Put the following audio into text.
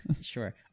Sure